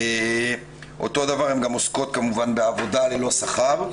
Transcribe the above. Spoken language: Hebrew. כמו כן, הן עוסקות גם בעבודה ללא שכר,